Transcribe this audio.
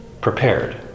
prepared